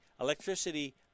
electricity